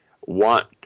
want